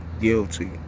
guilty